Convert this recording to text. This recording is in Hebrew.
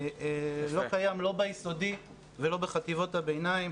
לא קיים לא בבית הספר היסודי ולא בחטיבות הביניים.